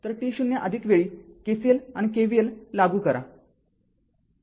तर t0 वेळी KVL आणि KCL लागू करा